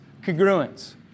congruence